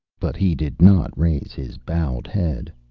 but he did not raise his bowed head.